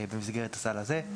במסגרת הסל הזה.